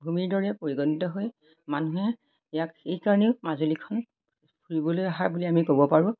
ভূমিৰ দৰে পৰিগণিত হৈ মানুহে ইয়াক এইকাৰণেও মাজুলীখন ফুৰিবলৈ অহা বুলি আমি ক'ব পাৰোঁ